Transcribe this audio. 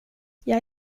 jag